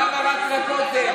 למה רק לכותל?